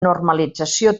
normalització